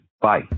Bye